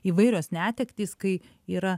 įvairios netektys kai yra